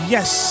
Yes